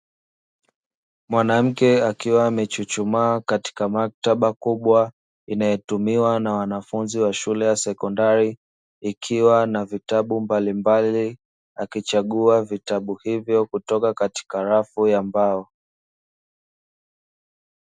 Mwanamke akiwa amechuchumaa katika maktaba kubw,a inayotumiwa na wanafunzi wa shule ya sekondari, ikiwa na vitabu mbalimbali akichagua vitabu hivyo kutoka katika rafu ya mbao.